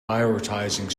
prioritizing